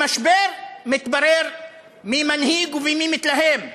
במשבר מתברר מי מנהיג ומי מתלהם.